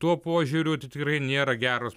tuo požiūriu tai tikrai nėra geros